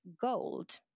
GOLD